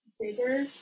bigger